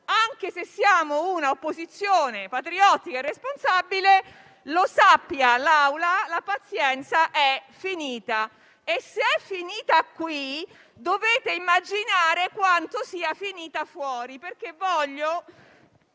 Anche se siamo una opposizione patriottica e responsabile, sappia l'Assemblea che la pazienza è finita. Se è finita qui, dovete immaginare quanto sia finita fuori. Voglio